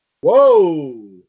Whoa